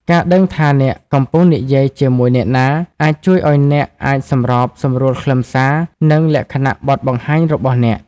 ការដឹងថាអ្នកកំពុងនិយាយជាមួយអ្នកណា អាចជួយឱ្យអ្នកអាចសម្របសម្រួលខ្លឹមសារ និងលក្ខណៈបទបង្ហាញរបស់អ្នក។